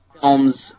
films